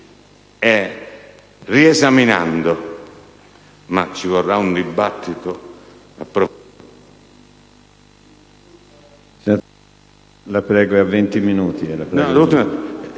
e riesaminando - ma ci vorrà un dibattito in proposito